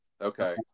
Okay